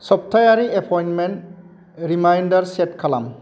सप्तायारि appointment reminder set खालाम